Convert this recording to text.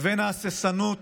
לבין ההססנות,